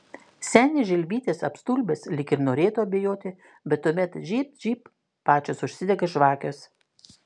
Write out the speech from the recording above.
senis žilvytis apstulbęs lyg ir norėtų abejoti bet tuomet žybt žybt pačios užsidega žvakės